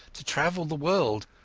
to travel the world,